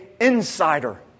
insider